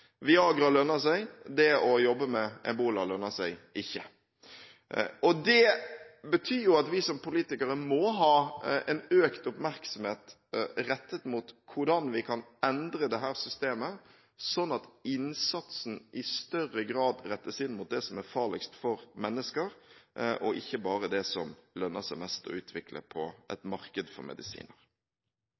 seg. Det å jobbe med ebola lønner seg ikke. Det betyr jo at vi som politikere må ha økt oppmerksomhet rettet mot hvordan vi kan endre dette systemet, slik at innsatsen i større grad rettes inn mot det som er farligst for mennesker, og ikke bare mot det som lønner seg mest å utvikle på et marked for medisiner.